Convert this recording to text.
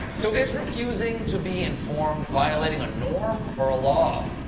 so is refusing to be informed violating a norm or ah law?